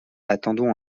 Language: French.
attendons